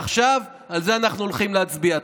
עכשיו על זה אנחנו הולכים להצביע.